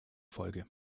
folge